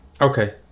okay